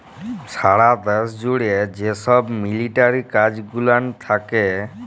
সারা দ্যাশ জ্যুড়ে যে ছব মিলিটারি কাজ গুলান থ্যাকে